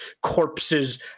Corpses